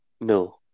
No